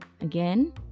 Again